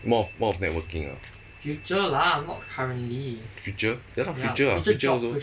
more of more of networking ah future ya lah future ah future also